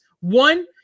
One